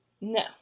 No